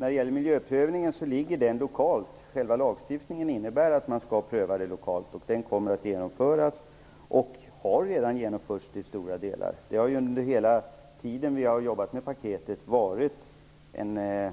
Herr talman! Miljöprövningen görs lokalt. Lagstiftningen innebär att den skall ske lokalt. Den kommer att genomföras och har redan till stora delar genomförts. Hela tiden som vi jobbat med paketet har miljöprövningen varit en